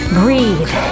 breathe